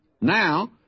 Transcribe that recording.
Now